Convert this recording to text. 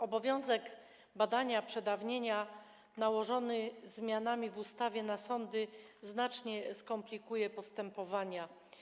Obowiązek badania przedawnienia nałożony zmianami w ustawie na sądy znacznie skomplikuje postępowania.